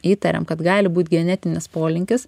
įtariam kad gali būt genetinis polinkis